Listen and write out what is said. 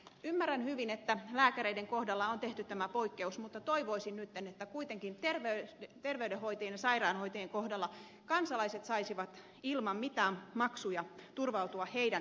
ymmärrän hyvin että lääkäreiden kohdalla on tehty tämä poikkeus mutta toivoisin nytten että kuitenkin terveydenhoitajien ja sairaanhoitajien kohdalla kansalaiset saisivat ilman mitään maksuja turvautua heidän osaamiseensa